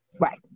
Right